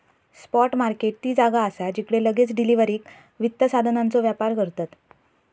spot market ती जागा असा जिकडे लगेच डिलीवरीक वित्त साधनांचो व्यापार करतत